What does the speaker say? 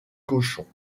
cochons